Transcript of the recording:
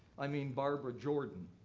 i mean barbara jordan.